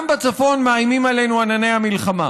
גם בצפון מאיימים עלינו ענני המלחמה,